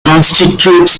constitutes